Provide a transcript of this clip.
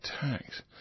tax